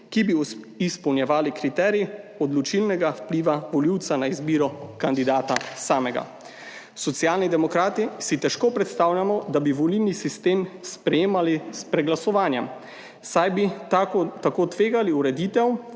ki bi izpolnjevali kriterij odločilnega vpliva volivca na izbiro kandidata samega. Socialni demokrati si težko predstavljamo, da bi volilni sistem sprejemali s preglasovanjem, saj bi tako tvegali ureditev,